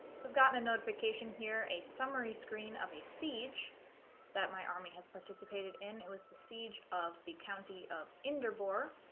i've gotten a notification here a summary screen of a siege that my army has participated in it was the siege of the county of endor bor